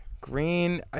Green